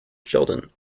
sheldon